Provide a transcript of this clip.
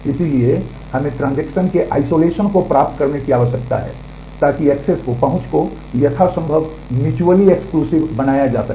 इसलिए हमें ट्रांजेक्शन बनाया जा सके